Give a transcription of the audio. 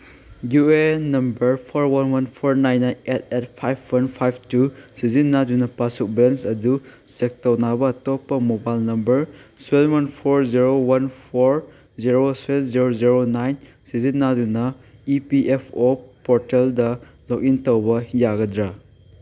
U A N number four one one four nine nine eight eight five one five two ꯁꯤꯖꯤꯟꯅꯗꯨꯅ passbook balance ꯑꯗꯨ check ꯇꯧꯅꯕ ꯑꯇꯣꯞꯄ mobile number seven one four zero one four zero seven zero zero nine ꯁꯤꯖꯤꯟꯅꯗꯨꯅ E P F O ꯄꯣꯔꯇꯦꯜꯗ login ꯇꯧꯕ ꯌꯥꯒꯗ꯭ꯔꯥ